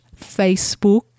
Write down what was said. Facebook